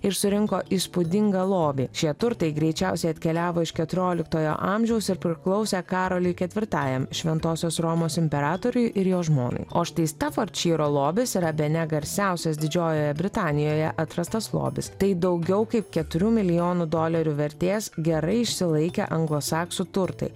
ir surinko įspūdingą lobį šie turtai greičiausiai atkeliavo iš keturioliktojo amžiaus ir priklausė karoliui ketvirtajam šventosios romos imperatoriui ir jo žmonai o štai stafordšyro lobis yra bene garsiausias didžiojoje britanijoje atrastas lobis tai daugiau kaip keturių milijonų dolerių vertės gerai išsilaikę anglosaksų turtai